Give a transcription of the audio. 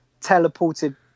teleported